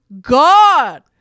God